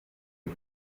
you